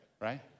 Right